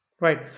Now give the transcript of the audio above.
Right